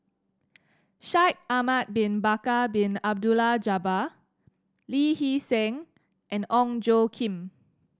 Shaikh Ahmad Bin Bakar Bin Abdullah Jabbar Lee Hee Seng and Ong Tjoe Kim